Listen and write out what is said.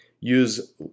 use